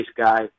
guy